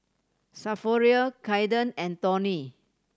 Saverio Kaiden and Tony